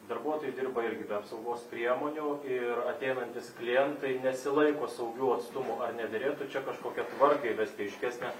darbuotojai dirba irgi be apsaugos priemonių ir ateinantys klientai nesilaiko saugių atstumų ar nederėtų čia kažkokią tvarką įvest aiškesnę